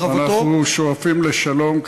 אנחנו שואפים לשלום,